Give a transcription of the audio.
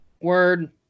Word